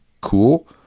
cool